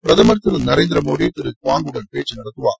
பிரதமர் திரு நரேந்திரமோடி திரு குவாங்குடன் பேச்சு நடத்துவார்